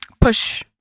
push